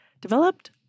developed